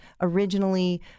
originally